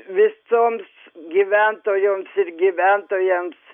visoms gyventojoms ir gyventojams